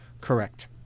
Correct